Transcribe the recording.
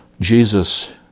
Jesus